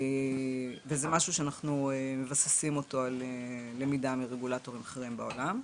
וזה משהו שאנחנו מבססים אותו על למידה מרגולטורים אחרים בעולם,